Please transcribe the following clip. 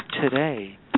Today